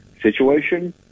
situation